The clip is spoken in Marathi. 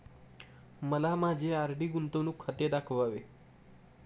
मला माझे आर.डी गुंतवणूक खाते दाखवावे